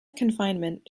confinement